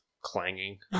clanging